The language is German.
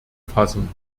fassen